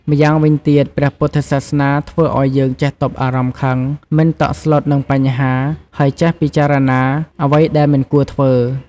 ម្យ៉ាងវិញទៀត ព្រះពុទ្ធសាសនាធ្វើឲ្យយើងចេះទប់អារម្មណ៍ខឹង មិនតក់ស្លុតនឹងបញ្ហា ហើយចេះពិចារណាអ្វីដែលមិនគួរធ្វើ។